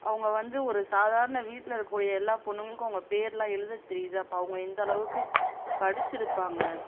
அவங்க வந்து ஒரு சாதாரண வீட்டில் இருக்கக்கூடிய எல்லா பெண்ணுங்களுக்கு அவங்க பேரெலாம் எழுத தெரியுது அப்போ அவுங்க எந்த அளவுக்கு படிச்சுருப்பாங்க